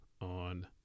on